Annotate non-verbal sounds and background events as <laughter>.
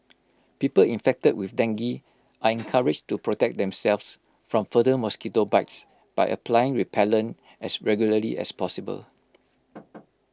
people infected with dengue are <noise> encouraged to protect themselves from further mosquito bites by applying repellent as regularly as possible